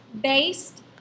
based